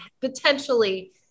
potentially